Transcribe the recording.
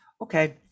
okay